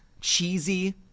cheesy